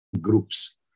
groups